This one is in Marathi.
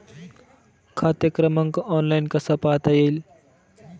खाते क्रमांक ऑनलाइन कसा पाहता येईल?